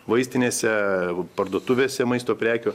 vaistinėse parduotuvėse maisto prekių